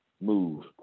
Move